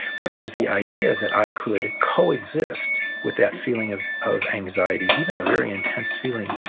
but it was the idea that i could coexist with that feeling of of anxiety, even a very intense feeling,